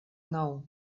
nou